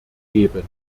geben